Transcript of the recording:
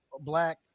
black